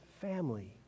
family